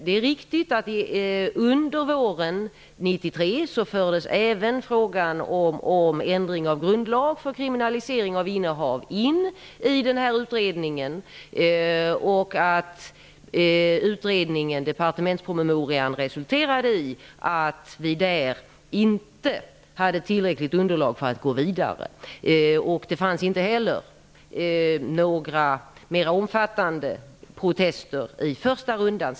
Det är riktigt att under våren 1993 fördes även frågan om ändring av grundlag för kriminalisering av innehav in i utredningen. Departementspromemorian resulterade i att vi inte hade tillräckligt underlag för att gå vidare. Det fanns inte heller några mera omfattande protester i första rundan.